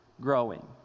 growing